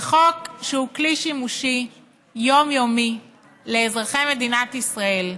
זה חוק שהוא כלי שימושי יומיומי לאזרחי מדינת ישראל,